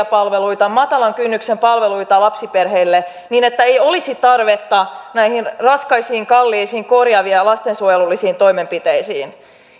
palveluita matalan kynnyksen palveluita lapsiperheille niin että ei olisi tarvetta näihin raskaisiin kalliisiin korjaaviin ja lastensuojelullisiin toimenpiteisiin